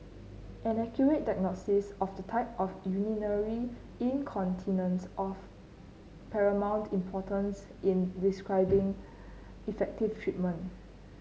an accurate diagnosis of the type of urinary incontinence of paramount importance in prescribing effective treatment